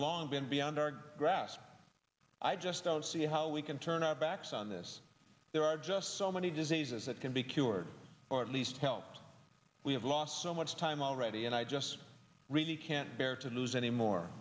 long been beyond our grasp i just don't see how we can turn our backs on this there are just so many diseases that can be cured or at least helped we have lost so much time already and i just really can't bear to lose anymore